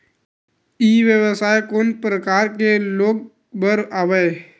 ई व्यवसाय कोन प्रकार के लोग बर आवे?